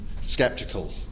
skeptical